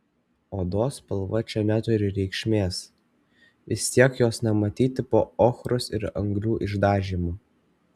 odos spalva čia neturi reikšmės vis tiek jos nematyti po ochros ir anglių išdažymu